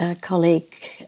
colleague